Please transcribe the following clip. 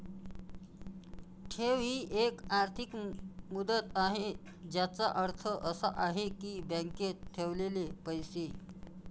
ठेव ही एक आर्थिक मुदत आहे ज्याचा अर्थ असा आहे की बँकेत ठेवलेले पैसे